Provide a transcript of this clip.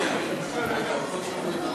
למקומכם.